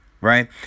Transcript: Right